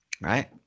right